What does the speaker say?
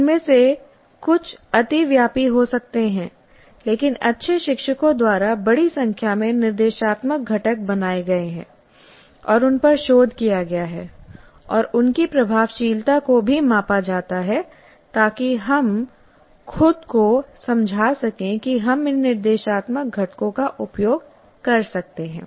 उनमें से कुछ अतिव्यापी हो सकते हैं लेकिन अच्छे शिक्षकों द्वारा बड़ी संख्या में निर्देशात्मक घटक बनाए गए हैं और उन पर शोध किया गया है और उनकी प्रभावशीलता को भी मापा जाता है ताकि हम खुद को समझा सकें कि हम इन निर्देशात्मक घटकों का उपयोग कर सकते हैं